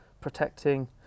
protecting